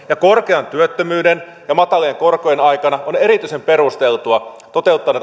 ja korkean työttömyyden ja matalien korkojen aikana on erityisen perusteltua toteuttaa